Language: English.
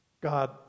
God